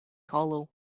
hollow